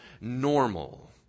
normal